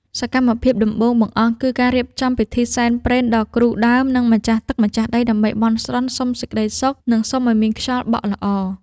សកម្មភាពដំបូងបង្អស់គឺការរៀបចំពិធីសែនព្រេនដល់គ្រូដើម និងម្ចាស់ទឹកម្ចាស់ដី ដើម្បីបន់ស្រន់សុំសេចក្ដីសុខ និងសុំឱ្យមានខ្យល់បក់ល្អ។